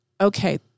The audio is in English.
Okay